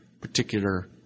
particular